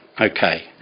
Okay